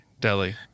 Delhi